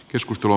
keskustelu